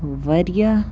واریاہ